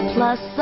Plus